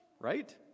Right